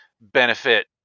benefit